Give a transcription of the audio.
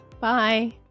Bye